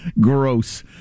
Gross